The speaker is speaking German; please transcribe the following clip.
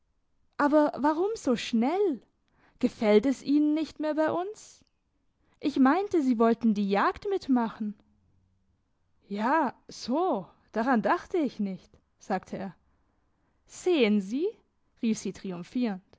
aber warum so schnell gefällt es ihnen nicht mehr bei uns ich meinte sie wollten die jagd mitmachen ja so daran dachte ich nicht sagte er sehen sie rief sie triumphierend